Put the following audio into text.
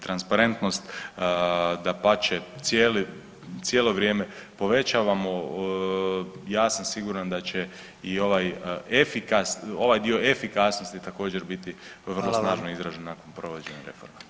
Transparentnost dapače cijelo vrijeme povećavamo, ja sam siguran da će i ovaj dio efikasnosti također biti vrlo [[Upadica predsjednik: Hvala vam.]] snažno izražen nakon provođenja reforme.